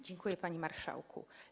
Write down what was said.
Dziękuję, panie marszałku.